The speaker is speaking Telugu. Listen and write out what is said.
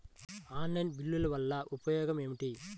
ఆన్లైన్ బిల్లుల వల్ల ఉపయోగమేమిటీ?